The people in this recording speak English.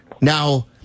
Now